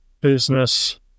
business